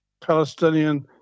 Palestinian